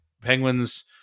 Penguins